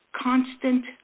constant